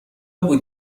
بود